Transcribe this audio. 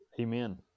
Amen